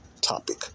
topic